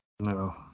No